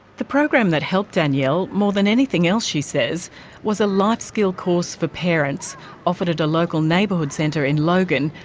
the program that helped danielle more than anything else, she says was a life-skills course for parents offered at a local neighbourhood centre in logan,